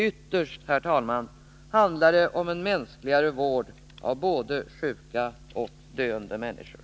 Ytterst handlar det om en mänskligare vård av både sjuka och döende människor.